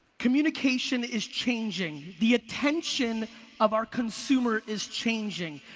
communication is changing, the attention of our consumer is changing,